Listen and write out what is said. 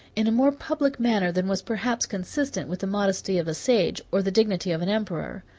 in a more public manner than was perhaps consistent with the modesty of sage, or the dignity of an emperor.